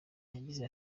yagize